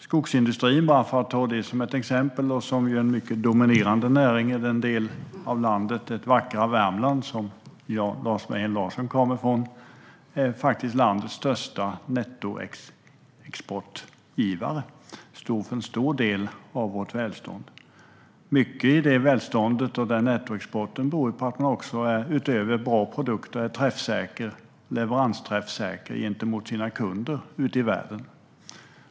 Skogsindustrin, för att bara ta det som ett exempel, är ju en mycket dominerande näring i den del av landet som är det vackra Värmland och som Lars Mejern Larsson kommer ifrån. Den är faktiskt landets största nettoexportgivare och står för en stor del av vårt välstånd. Mycket i det välståndet och den nettoexporten beror på att man, utöver bra produkter, är leveransträffsäker gentemot sina kunder ute i världen.